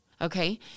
Okay